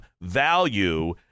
value